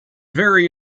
very